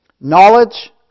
knowledge